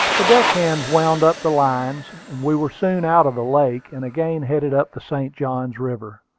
the deck-hands wound up the lines we were soon out of the lake, and again headed up the st. johns river.